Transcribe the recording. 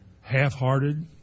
half-hearted